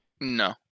no